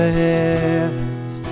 heavens